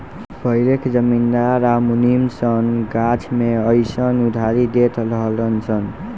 पहिले के जमींदार आ मुनीम सन गाछ मे अयीसन उधारी देत रहलन सन